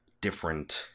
different